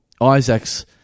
Isaacs